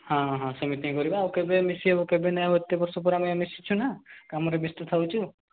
ହଁ ହଁ ସେମିତି ହିଁ କରିବା ଆଉ କେବେ ମିଶି ହେବ କେବେ ନାଇଁ ଆଉ ଏତେ ବର୍ଷ ପରେ ଆମେ ମିଶିଛୁନା କାମରେ ବ୍ୟସ୍ତ ଥାଉଛୁ